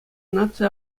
наци